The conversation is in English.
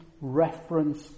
reference